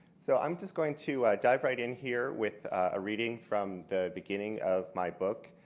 so i'm just going to dive right in here with a reading from the beginning of my book.